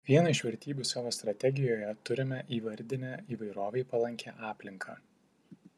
kaip vieną iš vertybių savo strategijoje turime įvardinę įvairovei palankią aplinką